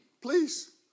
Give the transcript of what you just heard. please